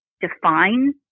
define